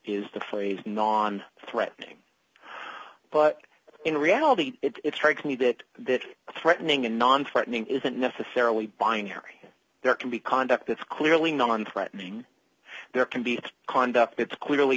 is the plain non threatening but in reality it strikes me that that threatening and non threatening isn't necessarily binary there can be conduct it's clearly non threatening there can be conned up it's clearly